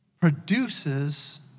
produces